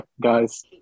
guys